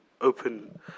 open